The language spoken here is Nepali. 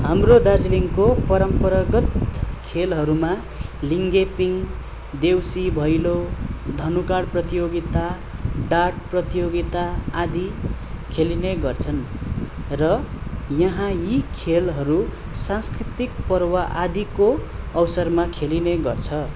हाम्रो दार्जिलिङको परम्परागत खेलहरूमा लिङ्गे पिङ देउसी भैलो धनुकाँड प्रतियोगिता डाट प्रतियोगिता आदि खेलिने गर्छन् र यहाँ यी खेलहरू सांस्कृतिक पर्व आदिको अवसरमा खेलिने गर्छ